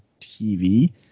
TV